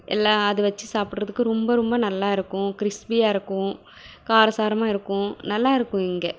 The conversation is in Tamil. எல்லாம் அது வச்சு சாப்பிட்றதுக்கு ரொம்ப ரொம்ப நல்லாயிருக்கும் கிரிஸ்பியாகருக்கும் காரசாரமாக இருக்கும் நல்லாயிருக்கும் இங்கே